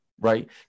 Right